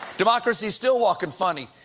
democracy's still walkin' funny.